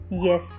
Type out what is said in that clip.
Yes